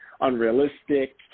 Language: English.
unrealistic